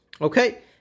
Okay